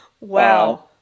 Wow